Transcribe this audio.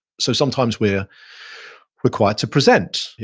so sometimes we're required to present.